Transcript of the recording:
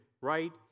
right